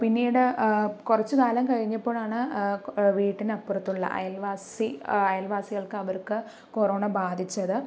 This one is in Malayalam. പിന്നീട് കുറച്ച് കാലം കഴിഞ്ഞപ്പോഴാണ് വീട്ടിനപ്പുറത്തുള്ള അയൽവാസി അയൽവാസികൾക്ക് അവർക്ക് കൊറോണ ബാധിച്ചത്